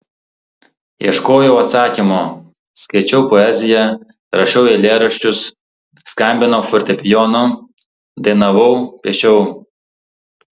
ieškojau atsakymo skaičiau poeziją rašiau eilėraščius skambinau fortepijonu dainavau piešiau